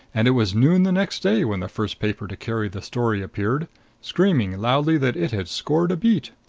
and it was noon the next day when the first paper to carry the story appeared screaming loudly that it had scored a beat.